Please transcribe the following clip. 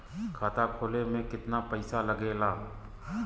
खाता खोले में कितना पईसा लगेला?